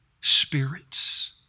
spirits